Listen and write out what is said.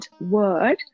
word